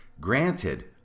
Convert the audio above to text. granted